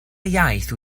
iaith